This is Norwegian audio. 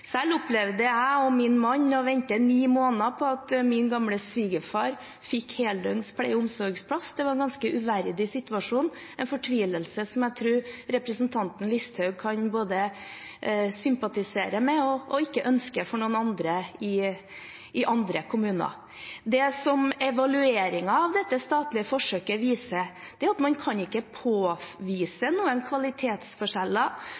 Selv opplevde jeg og min mann å vente ni måneder på at min gamle svigerfar skulle få heldøgns pleie- og omsorgsplass. Det var en ganske uverdig situasjon, en fortvilelse som jeg tror representanten Listhaug både kan sympatisere med og ikke ønske for noen andre, i andre kommuner. Det som evalueringen av dette statlige forsøket viser, er at man ikke kan